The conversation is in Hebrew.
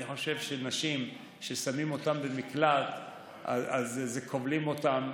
אני חושב שנשים ששמים אותן במקלט, כובלים אותן,